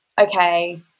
okay